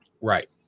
Right